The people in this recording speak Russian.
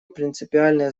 принципиальное